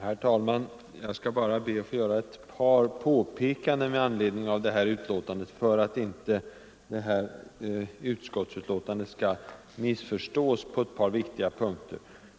Herr talman! Jag skall be att få göra ett par påpekanden med anledning av socialutskottets betänkande, för att det inte skall missförstås på ett par viktiga punkter.